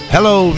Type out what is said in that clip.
Hello